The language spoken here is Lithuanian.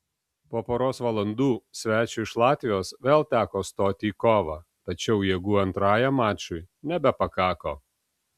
po poros valandų svečiui iš latvijos vėl teko stoti į kovą tačiau jėgų antrajam mačui nebepakako